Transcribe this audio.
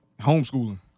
Homeschooling